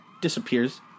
disappears